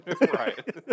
right